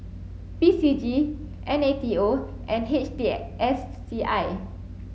P C G N A T O and H T S C I